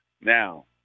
Now